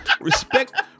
respect